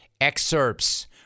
excerpts